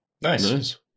Nice